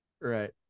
Right